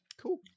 cool